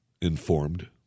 informed